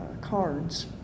cards